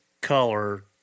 color